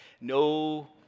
no